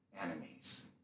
enemies